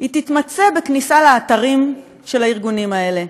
היא תתמצה בכניסה לאתרים של הארגונים האלה,